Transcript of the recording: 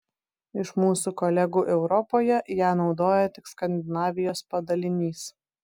iš mūsų kolegų europoje ją naudoja tik skandinavijos padalinys